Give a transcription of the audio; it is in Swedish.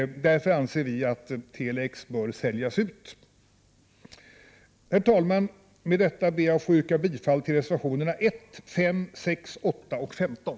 Därför anser vi att Tele-X bör säljas ut. Herr talman! Jag ber att få yrka bifall till reservationerna 1, 5, 6, 8 och 15.